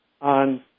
on